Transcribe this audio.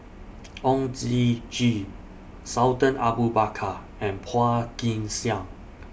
Oon Jin Gee Sultan Abu Bakar and Phua Kin Siang